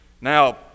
Now